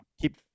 keep